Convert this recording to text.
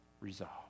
resolve